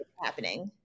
happening